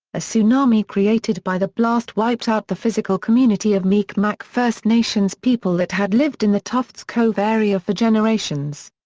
a tsunami created by the blast wiped out the physical community of mi'kmaq first nations people that had lived in the tuft's cove area for generations.